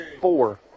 four